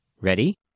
Ready